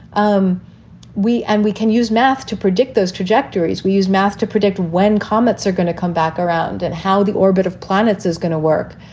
um we and we can use math to predict those trajectories. we use math to predict when comets are going to come back around and how the orbit of planets is going to work.